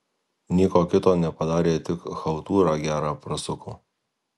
nieko kito nepadarė tik chaltūrą gerą prasuko